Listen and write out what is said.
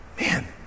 man